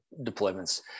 deployments